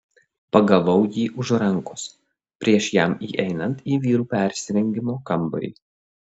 pagavau jį už rankos prieš jam įeinant į vyrų persirengimo kambarį